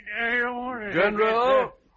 General